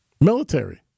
military